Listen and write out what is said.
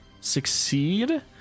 succeed